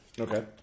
Okay